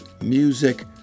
music